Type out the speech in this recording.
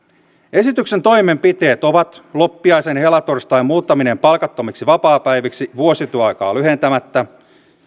esityksen toimenpiteet ovat loppiaisen ja helatorstain muuttaminen palkattomiksi vapaapäiviksi vuosityöaikaa lyhentämättä